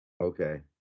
Okay